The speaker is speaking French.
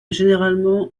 généralement